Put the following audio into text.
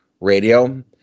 radio